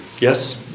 Yes